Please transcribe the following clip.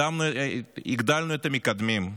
הגדלנו את המקדמים.